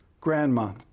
Grandma